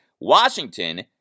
Washington